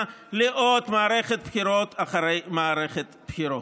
לעוד מערכת בחירות אחרי מערכת בחירות.